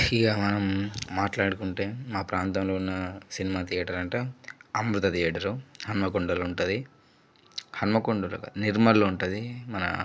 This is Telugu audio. ఇగ మనం మాట్లాడుకుంటే మా ప్రాంతంలో ఉన్న సినిమా ధియేటర్ అంటే అమృత థియేటరు హనుమకొండలో ఉంటుంది హనుమకొండలో కాదు నిర్మల్లో ఉంటుంది మన